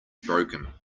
broken